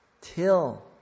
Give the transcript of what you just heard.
till